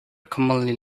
commonly